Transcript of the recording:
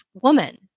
woman